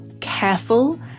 careful